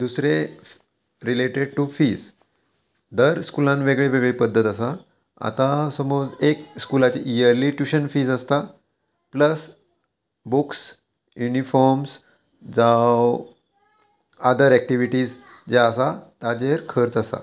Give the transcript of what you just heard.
दुसरें related to fees दर स्कुलान वेगळी वेगळी पद्दत आसा आतां समोज एक स्कुलाची इयरली ट्युशन फीज आसता प्लस बुक्स युनिफॉर्म्स जावं आदर एक्टिविटीज जे आसा ताजेर खर्च आसा